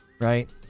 right